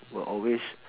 will always